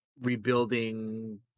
rebuilding